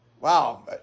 Wow